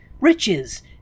riches